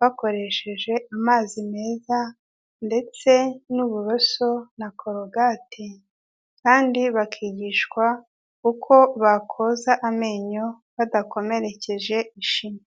bakoresheje amazi meza, ndetse n'uburoso na korogati, kandi bakigishwa uko bakoza amenyo badakomerekeje ishinya.